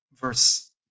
verse